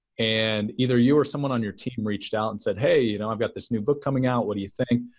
and either you or someone on your team reached out and said, hey, you know i've got this new book coming out. what do you think?